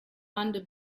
under